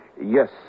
Yes